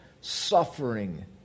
suffering